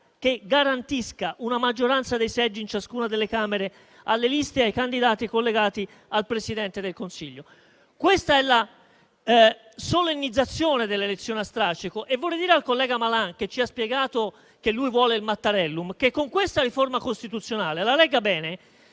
che garantisca una maggioranza dei seggi in ciascuna delle Camere alle liste e ai candidati collegati al Presidente del Consiglio. Questa è la solennizzazione dell'elezione a strascico. E vorrei dire al collega Malan, che ci ha spiegato di volere il Mattarellum, che con questa riforma costituzionale (che